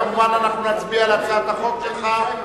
אנחנו כמובן נצביע על הצעת החוק שלך,